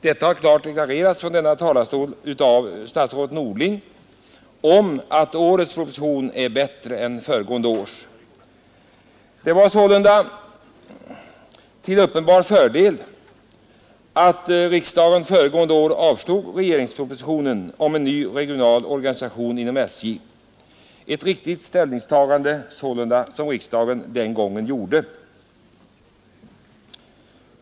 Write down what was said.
Det har klart deklarerats från denna talarstol av statsrådet Norling, att årets proposition är bättre än föregående års. Det var sålunda till uppenbar fördel att riksdagen föregående år avslog regeringspropositionen om en ny regional organisation av SJ. Det var ett riktigt ställningstagande som riksdagen den gången gjorde.